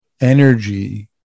energy